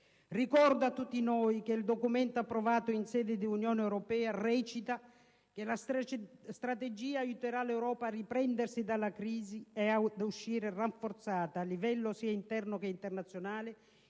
Ricordo a tutti noi che il documento approvato in sede di Unione europea recita: «La strategia aiuterà l'Europa a riprendersi dalia crisi e ad uscirne rafforzata, a livello sia interno che internazionale,